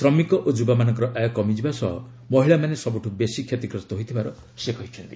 ଶ୍ରମିକ ଓ ଯୁବାମାନଙ୍କର ଆୟ କମିଯିବା ସହ ମହିଳାମାନେ ସବୁଠୁ ବେଶି କ୍ଷତିଗ୍ରସ୍ତ ହୋଇଥିବାର ସେ କହିଚ୍ଛନ୍ତି